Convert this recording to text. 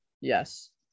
Yes